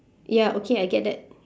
ya okay I get that